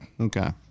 Okay